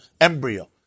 embryo